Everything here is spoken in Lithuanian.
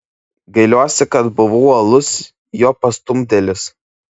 gailiuosi kad buvau uolus jo pastumdėlis